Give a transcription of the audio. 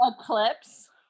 eclipse